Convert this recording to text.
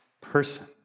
person